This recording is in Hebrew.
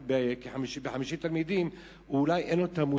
עם 50 תלמידים,